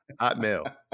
hotmail